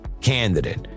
candidate